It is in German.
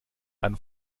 einer